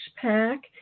Pack